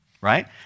right